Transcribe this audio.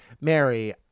Mary